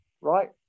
Right